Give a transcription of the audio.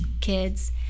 kids